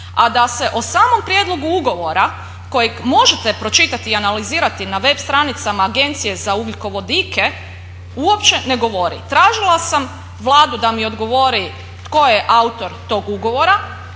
a da se o samom prijedlogu ugovora kojeg možete pročitati i analizirati na web stranicama Agencije za ugljikovodike uopće ne govori. Tražila sam Vladu da mi odgovori tko je autor tog ugovora,